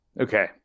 okay